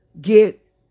get